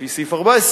לפי סעיף 14,